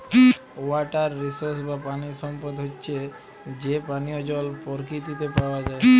water resources বা পানি সম্পদ হচ্যে যে পানিয় জল পরকিতিতে পাওয়া যায়